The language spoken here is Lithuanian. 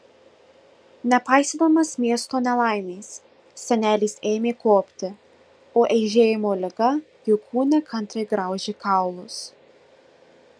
nepaisydamas miesto nelaimės senelis ėmė kopti o eižėjimo liga jo kūne kantriai graužė kaulus